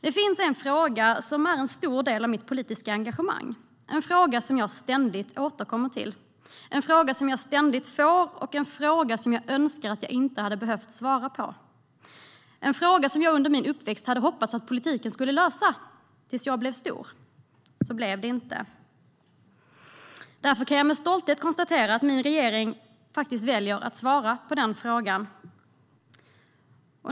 Det finns en fråga som är en stor del av mitt politiska engagemang, en fråga jag ständigt återkommer till, en fråga jag ständigt får och en fråga jag önskar att jag inte hade behövt svara på. Det är en fråga som jag under min uppväxt hade hoppats politiken skulle lösa tills jag blev stor. Men så blev det inte. Därför kan jag med stolthet konstatera att min regering faktiskt väljer att svara på denna fråga.